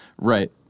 Right